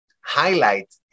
highlight